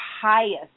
highest